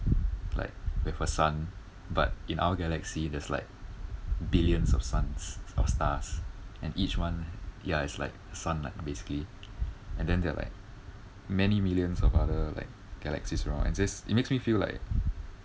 like we have a sun but in our galaxy there's like billions of suns of stars and each one yah is like a sun lah basically and then there are like many millions of other like galaxies around and just it makes me feel like